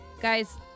guys